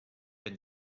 been